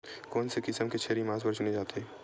कोन से किसम के छेरी मांस बार चुने जाथे?